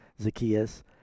Zacchaeus